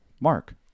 Mark